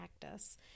practice